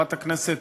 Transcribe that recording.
לחברת הכנסת